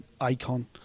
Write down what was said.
icon